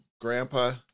grandpa